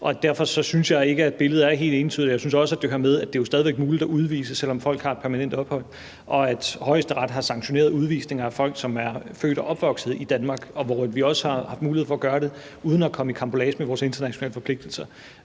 Derfor synes jeg ikke, at billedet er helt entydigt. Og jeg synes også, at det hører med, at det jo stadig væk er muligt at udvise folk, selv om de har permanent ophold, og at Højesteret har sanktioneret udvisninger af folk, som er født og opvokset i Danmark, hvor vi så også har haft mulighed for at gøre det uden at komme i karambolage med vores internationale forpligtelser.